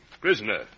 prisoner